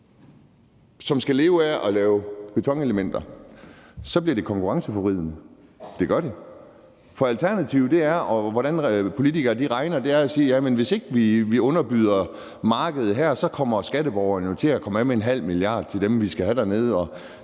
som skal leve af at lave betonelementer, så bliver det ikke konkurrenceforvridende, for det gør det. Alternativet er, ud fra hvordan politikere regner, at sige, at hvis ikke vi underbyder markedet her, så kommer skatteborgerne jo til at komme af med 0,5 mia. kr. til dem, vi skal have dernede, og